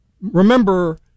Remember